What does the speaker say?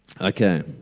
Okay